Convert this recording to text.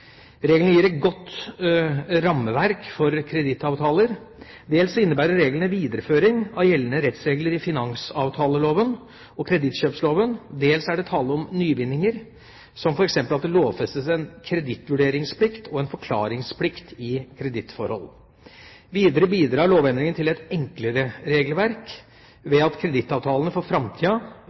Reglene gir et godt rammeverk for kredittavtaler. Dels innebærer reglene videreføring av gjeldende rettsregler i finansavtaleloven og kredittkjøpsloven, dels er det tale om nyvinninger, som f.eks. at det lovfestes en kredittvurderingsplikt og en forklaringsplikt i kredittforhold. Videre bidrar lovendringene til et enklere regelverk ved at kredittavtalene for framtida